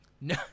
No